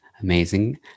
amazing